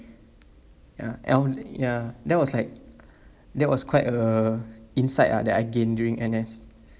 ya and ya that was like that was quite a inside ah that I gained during N_S